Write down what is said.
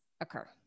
occur